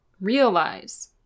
realize